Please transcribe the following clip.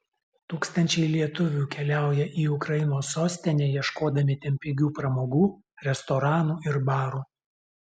tūkstančiai lietuvių keliaują į ukrainos sostinę ieškodami ten pigių pramogų restoranų ir barų